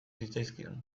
zitzaizkion